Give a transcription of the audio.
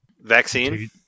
Vaccine